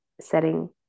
setting